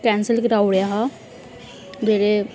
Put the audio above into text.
cancel कराई ओड़ेआ हा जेह्ड़े